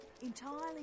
entirely